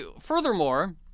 furthermore